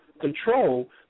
control